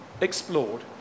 explored